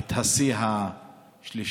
את השיא השלישי.